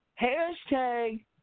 hashtag